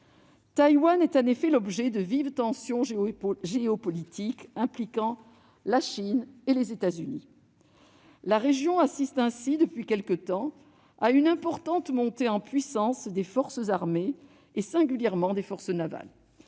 Taïwan est en effet l'objet de vives tensions géopolitiques impliquant la Chine et les États-Unis. La région assiste depuis quelque temps à une importante montée en puissance des forces armées, et singulièrement des forces navales.